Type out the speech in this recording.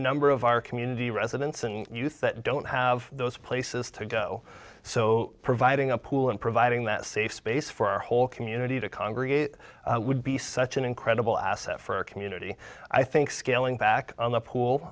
number of our community residents and youth that don't have those places to go so providing a pool and providing that safe space for our whole community to congregate would be such an incredible asset for our community i think scaling back on the pool